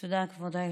תודה, כבוד היושב-ראש.